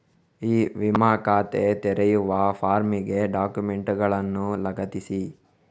E ವಿಮಾ ಖಾತೆ ತೆರೆಯುವ ಫಾರ್ಮಿಗೆ ಡಾಕ್ಯುಮೆಂಟುಗಳನ್ನು ಲಗತ್ತಿಸಿ